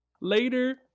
later